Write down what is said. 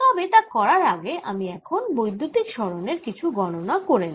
তবে তা করার আগে আমি এখন বৈদ্যুতিক সরণের কিছু গণনা করে নেব